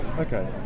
okay